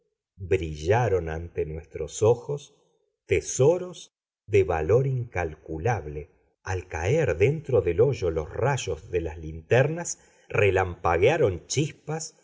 brillaron ante nuestros ojos tesoros de valor incalculable al caer dentro del hoyo los rayos de las linternas relampaguearon chispas y